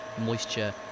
moisture